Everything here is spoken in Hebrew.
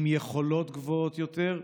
עם יכולות גבוהות יותר.